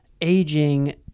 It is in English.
aging